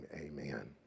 amen